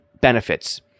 benefits